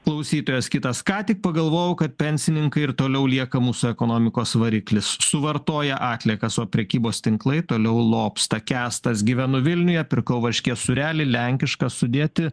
klausytojas kitas ką tik pagalvojau kad pensininkai ir toliau lieka mūsų ekonomikos variklis suvartoja atliekas o prekybos tinklai toliau lobsta kęstas gyvenu vilniuje pirkau varškės sūrelį lenkišką sudėti